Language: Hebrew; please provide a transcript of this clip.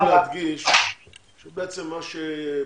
מה שחשוב להדגיש, בעצם מה שפרופ'